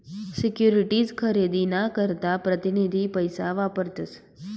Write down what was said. securities खरेदी ना करता प्रतीनिधी पैसा वापरतस